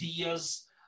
ideas